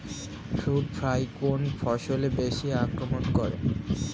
Fruit fly কোন ফসলে বেশি আক্রমন করে?